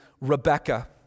Rebecca